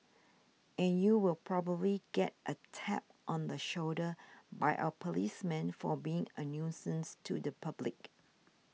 and you will probably get a tap on the shoulder by our policemen for being a nuisance to the public